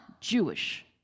Jewish